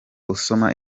usoma